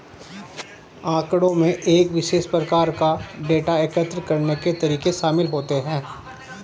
आँकड़ों में एक विशेष प्रकार का डेटा एकत्र करने के तरीके शामिल होते हैं